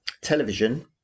television